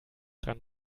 dran